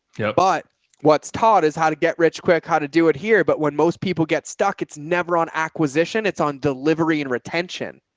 yeah, but what's taught is how to get rich quick, how to do it here. but when most people get stuck, it's never on acquisition. it's on delivery and retention